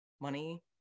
money